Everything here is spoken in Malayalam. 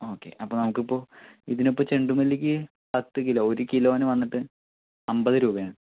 ഓക്കേ അപ്പോൾ നമുക്കിപ്പോൾ ഇതിനിപ്പോൾ ചെണ്ടുമല്ലിക്ക് പത്തുകിലോ ഒരുകിലോന്ന് വന്നിട്ട് അമ്പതുരൂപയാണ്